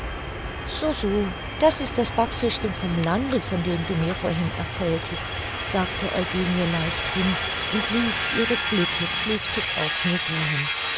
so so das ist das backfischchen vom lande von dem du mir vorhin erzähltest sagte eugenie leichthin und ließ ihre blicke flüchtig auf mir ruhen